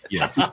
Yes